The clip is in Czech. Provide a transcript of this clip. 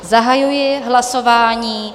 Zahajuji hlasování.